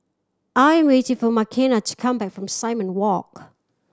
I am waiting for Makenna to come back from Simon Walk